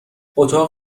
اتاق